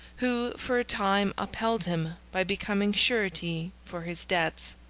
who for a time upheld him by becoming surety for his debts.